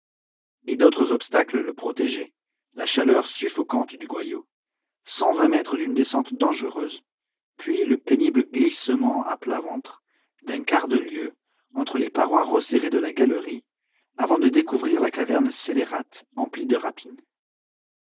et d'autres obstacles le protégeaient la chaleur suffocante du goyot cent vingt mètres d'une descente dangereuse puis le pénible glissement à plat ventre d'un quart de lieue entre les parois resserrées de la galerie avant de découvrir la caverne scélérate emplie de rapines